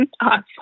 Awesome